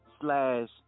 slash